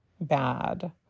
bad